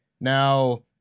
Now